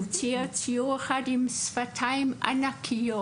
הוא צייר ציור אחד עם שפתיים ענקיות,